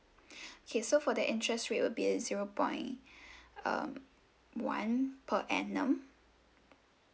K so for the interest rate would be at zero point um one per annum